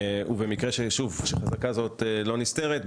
במקרה שחזקה זאת לא נסתרת,